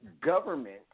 government